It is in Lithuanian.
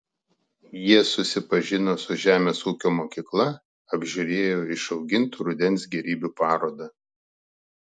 jie susipažino su žemės ūkio mokykla apžiūrėjo išaugintų rudens gėrybių parodą